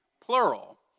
plural